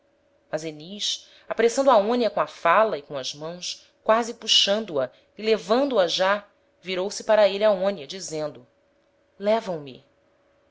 mas enis apressando aonia com a fala e com as mãos quasi puxando a e levando-a já virou-se para êle aonia dizendo levam me